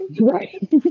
Right